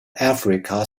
africa